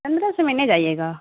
پندرہ سو میں نہیں جائیے گا